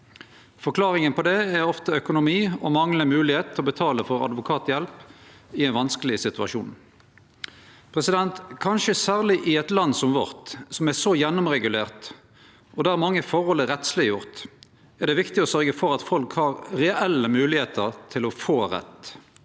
Forklaringa på det er ofte økonomi og manglande moglegheit til å betale for advokathjelp i ein vanskeleg situasjon. Kanskje særleg i eit land som vårt, som er så gjennomregulert, og der mange forhold er rettsleggjorde, er det viktig å sørgje for at folk har ei reell moglegheit til å få rett.